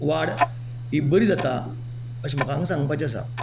वाड ही बरी जाता अशें म्हाका हांगा सांगपाचे आसा